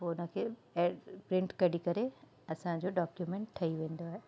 पोइ उन खे इहे प्रिंट कढी करे असांजो डॉक्यूमेंट ठही वेंदो आहे